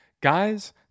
guys